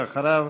ואחריו,